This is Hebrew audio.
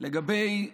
לגבי החליפי,